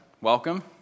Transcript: welcome